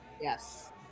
yes